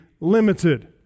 limited